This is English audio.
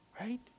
Right